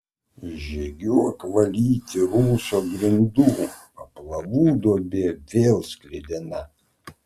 žygiuok valyti rūsio grindų paplavų duobė vėl sklidina